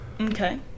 Okay